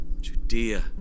Judea